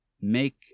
make